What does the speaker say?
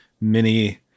mini